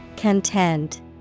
Content